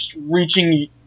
reaching